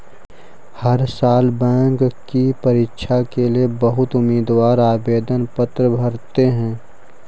हर साल बैंक की परीक्षा के लिए बहुत उम्मीदवार आवेदन पत्र भरते हैं